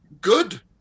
good